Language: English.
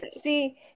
see